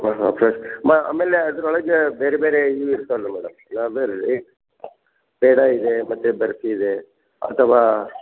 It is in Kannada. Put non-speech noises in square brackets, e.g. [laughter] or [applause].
ಹಾಂ ಹಾಂ ಫ್ರೆಶ್ ಮ ಆಮೇಲೆ ಅದರೊಳಗೆ ಬೇರೆ ಬೇರೆ ಇವು ಇರ್ತಾವಲ್ಲ ಮೇಡಮ್ [unintelligible] ಪೇಡ ಇದೆ ಮತ್ತೆ ಬರ್ಫಿ ಇದೆ ಅಥವಾ